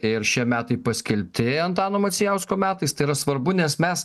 ir šie metai paskelbti antano macijausko metais tai yra svarbu nes mes